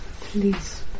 Please